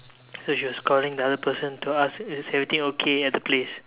so she was calling the other person to ask is everything okay at the place